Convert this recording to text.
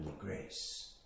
grace